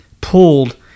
pulled